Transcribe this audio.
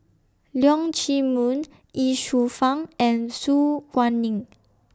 Leong Chee Mun Ye Shufang and Su Guaning